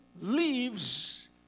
leaves